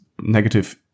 negative